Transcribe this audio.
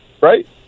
right